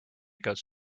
goes